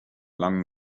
langen